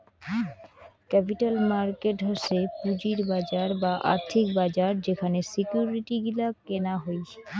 capital market হসে পুঁজির বাজার বা আর্থিক বাজার যেখানে সিকিউরিটি গিলা কেনা হই